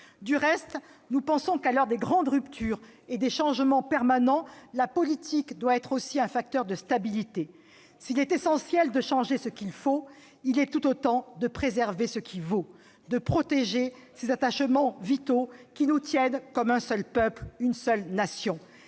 Du reste, nous pensons que, à l'heure des grandes ruptures et des changements permanents, la politique doit être aussi un facteur de stabilité. S'il est essentiel de changer ce qu'il faut, il l'est tout autant de préserver ce qui vaut, de protéger ces attachements vitaux qui nous tiennent comme un seul peuple, une seule Nation.